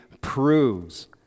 proves